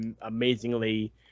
amazingly